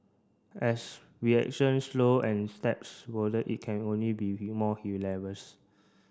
as reactions slow and steps it can only be more hilarious